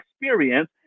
experience